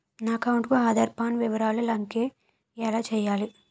నా అకౌంట్ కు ఆధార్, పాన్ వివరాలు లంకె ఎలా చేయాలి?